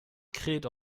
kräht